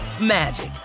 magic